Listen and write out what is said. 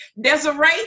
Desiree